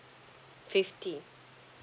fifty